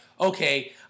okay